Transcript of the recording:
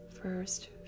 First